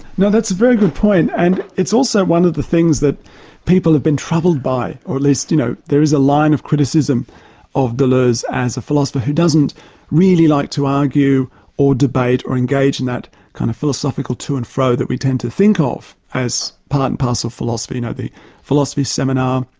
now that's a very good point, and it's also one of the things that people have been troubled by, or at least, you know, there is a line of criticism of deleuze as a philosopher, who doesn't really like to argue or debate, or engage in that kind of philosophical to and fro that we tend to think ah of as part and parcel of philosophy you know, the philosophy seminar,